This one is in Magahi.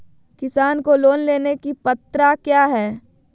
किसान को लोन लेने की पत्रा क्या है?